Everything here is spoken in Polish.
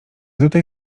tutaj